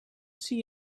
see